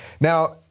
Now